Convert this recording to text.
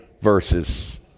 verses